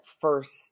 first